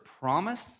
promise